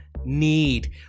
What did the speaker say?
need